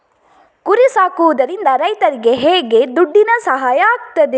ಕುರಿ ಸಾಕುವುದರಿಂದ ರೈತರಿಗೆ ಹೇಗೆ ದುಡ್ಡಿನ ಸಹಾಯ ಆಗ್ತದೆ?